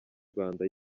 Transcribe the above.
rwanda